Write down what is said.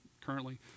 currently